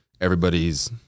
everybody's